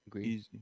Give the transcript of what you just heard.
Easy